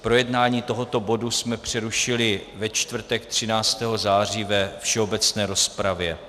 Projednávání tohoto bodu jsme přerušili ve čtvrtek 13. září ve všeobecné rozpravě.